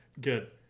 good